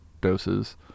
doses